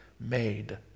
made